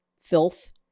filth